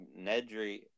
Nedry